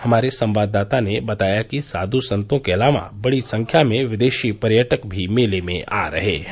हमारे संवाददाता ने बताया कि साध् संतों के अलावा बड़ी संख्या में विदेशी पर्यटक भी मेले में आ रहे हैं